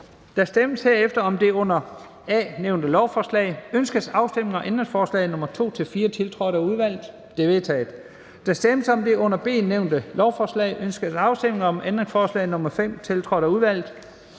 Der stemmes herefter under det A nævnte lovforslag: Ønskes afstemning om ændringsforslag nr. 2-4, tiltrådt af udvalget? De er vedtaget. Der stemmes dernæst under det under B nævnte lovforslag: Ønskes afstemning om ændringsforslag nr. 5, tiltrådt af udvalget?